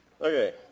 Okay